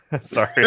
sorry